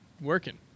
working